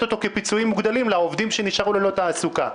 כפיצויים מוגדלים לעובדים שנשארו ללא תעסוקה.